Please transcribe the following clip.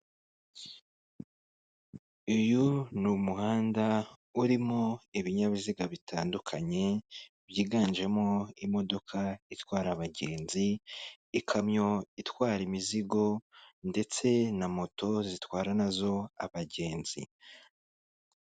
Uyu ni umuhanda urimo ibinyabiziga bitandukanye, byiganjemo: imodoka itwara abagenzi, ikamyo itwara imizigo, ndetse na moto zitwara nazo abagenzi.